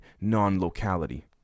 non-locality